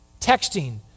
Texting